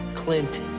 Clint